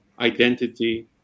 identity